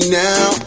now